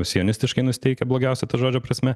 sionistiškai nusiteikę blogiausia to žodžio prasme